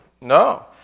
no